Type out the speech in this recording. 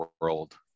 world